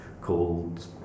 called